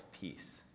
peace